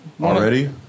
Already